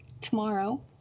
tomorrow